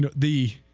the